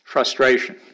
Frustration